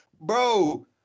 bro